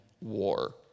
war